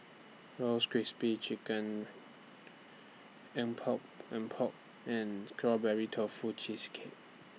Roasted Crispy SPRING Chicken Epok Epok and Strawberry Tofu Cheesecake